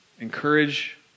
Encourage